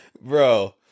Bro